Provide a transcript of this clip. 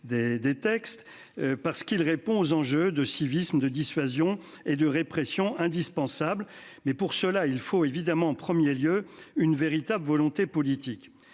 des textes. Parce qu'il répond aux enjeux de civisme de dissuasion et de répression indispensable mais pour cela il faut évidemment en 1er lieu une véritable volonté politique.